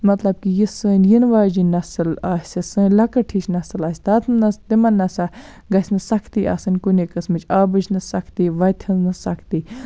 مَطلَب کہِ یِژھ سٲنٛۍ یِنہٕ واجیٚن نَسل آسہِ سٲنٛۍ لۄکٕٹ ہِش نَسل آسہِ تتھ نَسا تِمَن نَسا گَژھِ نہٕ سَختی آسٕنۍ کُنہِ قٕسمِچ آبٕچ نہٕ سَختی وَتہِ ہٕنٛز نہٕ سَختی